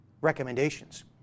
recommendations